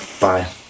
Bye